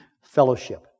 fellowship